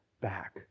back